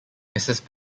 mrs